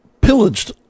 pillaged